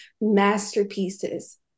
masterpieces